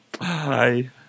Hi